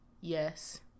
Yes